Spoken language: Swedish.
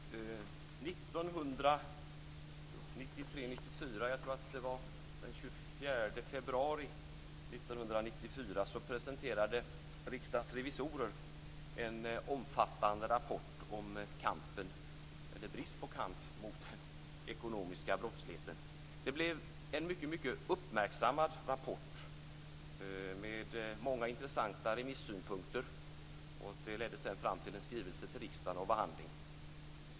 Herr talman! År 1993 eller 1994, jag tror att det var den 24 februari 1994, presenterade Riksdagens revisorer en omfattande rapport om bristen på kamp mot den ekonomiska brottsligheten. Det blev en mycket uppmärksammad rapport med många intressanta remissynpunkter. Det ledde sedan fram till en skrivelse till riksdagen och behandling.